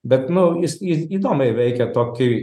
bet nu jis jį įdomiai veikia tokį